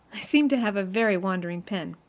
i seem to have a very wandering pen.